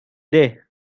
day